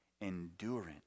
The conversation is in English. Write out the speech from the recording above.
endurance